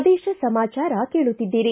ಪ್ರದೇಶ ಸಮಾಚಾರ ಕೇಳುತ್ತಿದ್ದೀರಿ